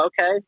okay